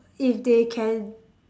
if they can